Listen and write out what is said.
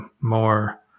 more –